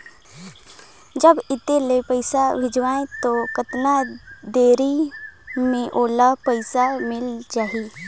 जब इत्ते ले पइसा भेजवं तो कतना देरी मे ओला पइसा मिल जाही?